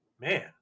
man